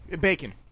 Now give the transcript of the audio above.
Bacon